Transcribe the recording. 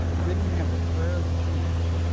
didn't have a prayer of a chance.